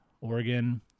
Oregon